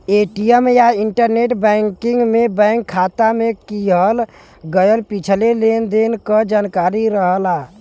ATM या internet banking में bank खाता में किहल गयल पिछले लेन देन क जानकारी रहला